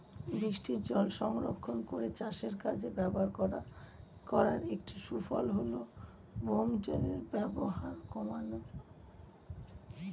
বৃষ্টিজল সংরক্ষণ করে চাষের কাজে ব্যবহার করার একটি সুফল হল ভৌমজলের ব্যবহার কমানো